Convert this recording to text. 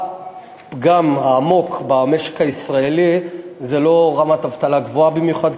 הפגם העמוק במשק הישראלי זה לא רמת אבטלה גבוהה במיוחד,